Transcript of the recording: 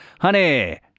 Honey